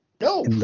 No